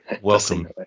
welcome